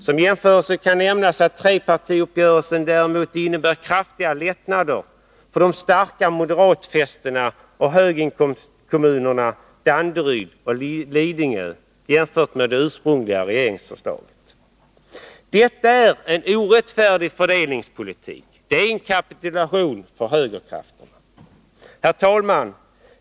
Som jämförelse kan nämnas att trepartiuppgörelsen däremot innebär en kraftig lättnad för de starka moderatfästena och höginkomstkommunerna Danderyd och Lidingö, jämfört med det ursprungliga regeringsförslaget. Detta är en orättfärdig fördelningspolitik. Det är en kapitulation för högerkrafterna. Herr talman!